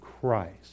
Christ